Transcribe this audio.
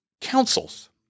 councils